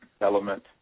Element